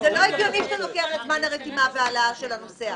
זה לא הגיוני שאתה לוקח את זמן הרתימה והעלאה של הנוסע.